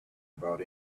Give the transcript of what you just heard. about